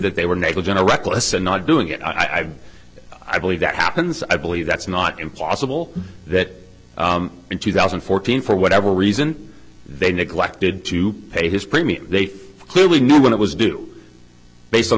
that they were negligent or reckless and not doing it i've i believe that happens i believe that's not impossible that in two thousand and fourteen for whatever reason they neglected to pay his premium they clearly know when it was due based on